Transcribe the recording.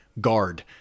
guard